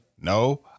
no